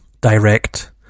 direct